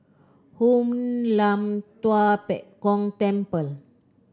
Hoon Lam Tua Pek Kong Temple